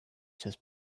just